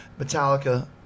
Metallica